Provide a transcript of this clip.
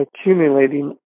accumulating